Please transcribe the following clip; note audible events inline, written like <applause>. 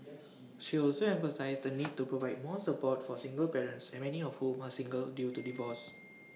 she also emphasised the need to provide more support for single parents and many of whom are single due to divorce <noise>